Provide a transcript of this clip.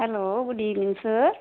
hello good evening sir